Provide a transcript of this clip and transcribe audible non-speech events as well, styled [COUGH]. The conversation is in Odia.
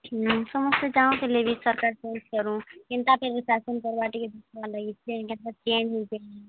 ହୁଁ ସମସ୍ତେ ଚାହୁଁଥିଲେ କି ସରକାର ଚେଞ୍ଜ କରୁ କିନ୍ତା [UNINTELLIGIBLE] ଶାସନ କରବା ଟିକେ ଦେଖିବା ଲାଗି [UNINTELLIGIBLE] ଚେଞ୍ଜ ହୋଇଛି